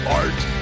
art